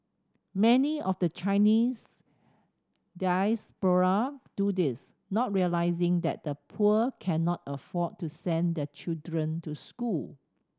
many of the Chinese diaspora do this not realising that the poor cannot afford to send their children to school